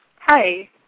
Hi